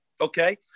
Okay